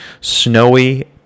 snowy